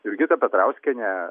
jurgita petrauskienė